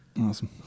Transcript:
Awesome